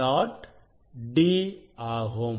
d ஆகும்